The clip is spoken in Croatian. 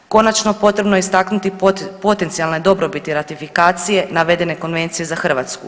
Konačno, potrebno je istaknuti potencijalne dobrobiti ratifikacije navedene Konvencije za Hrvatsku.